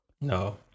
no